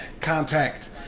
contact